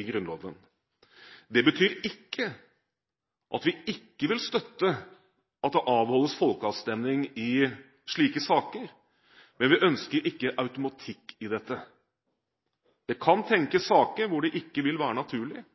i Grunnloven. Det betyr ikke at vi ikke vil støtte at det avholdes folkeavstemning i slike saker, men vi ønsker ikke automatikk i dette. Det kan tenkes saker hvor det ikke vil være naturlig.